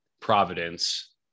Providence